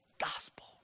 gospel